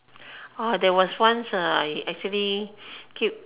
orh there was once I actually keep